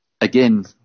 again